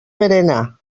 berenar